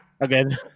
Again